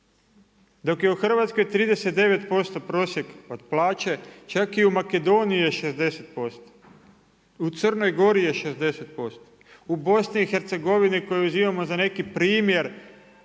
Dok je u Hrvatskoj 39% prosjek od plaće, čak je u Makedoniji 60%. U Crnoj Gori je 60%, u BiH koju uzimamo za neki primjer